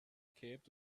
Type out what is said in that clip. cape